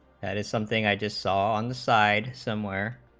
that is something i just saw on the sides somewhere